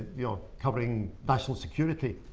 you know covering national security